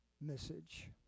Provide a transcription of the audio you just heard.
message